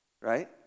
Right